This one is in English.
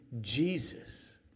Jesus